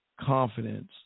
confidence